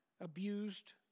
abused